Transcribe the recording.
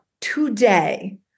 today